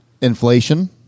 Inflation